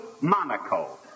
Monaco